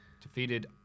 Defeated